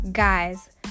Guys